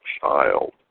child